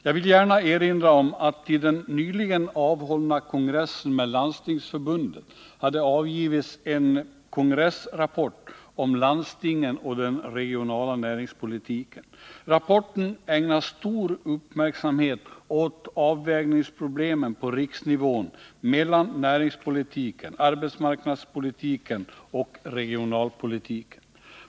Jag vill gärna erinra om att till den nyligen avhållna kongressen med Landstingsförbundet hade avgivits en kongressrapport om landstingen och den regionala näringspolitiken. Rapporten ägnar stor uppmärksamhet åt avvägningsproblemen på riksnivån mellan näringspolitiken, arbetsmarknadspolitiken och regionalpolitiken.